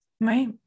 Right